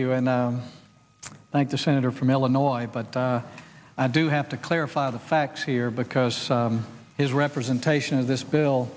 you and i thank the senator from illinois but i do have to clarify the facts here because his representation in this bill